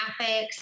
graphics